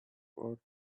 earth